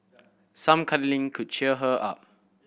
some cuddling could cheer her up